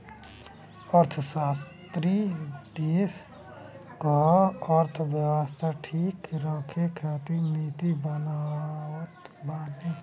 अर्थशास्त्री देस कअ अर्थव्यवस्था ठीक रखे खातिर नीति बनावत बाने